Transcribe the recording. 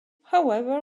however